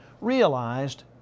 realized